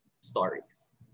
stories